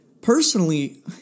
personally